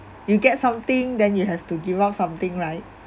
you get something then you have to give up something right